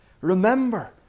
remember